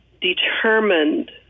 determined